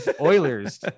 Oilers